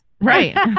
Right